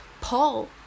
Paul